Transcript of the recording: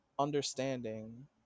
Understanding